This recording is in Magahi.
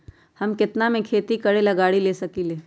हम केतना में खेती करेला गाड़ी ले सकींले?